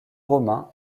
romains